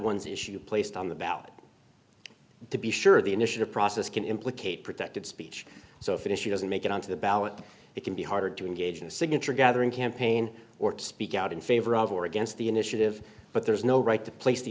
one's issue placed on the ballot to be sure the initiative process can implicate protected speech so if an issue doesn't make it onto the ballot it can be hard to engage in a signature gathering campaign or to speak out in favor of or against the initiative but there is no right to place the